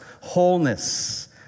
Wholeness